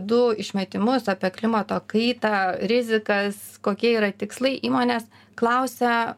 du išmetimus apie klimato kaitą rizikas kokie yra tikslai įmonės klausia